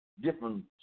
different